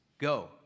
go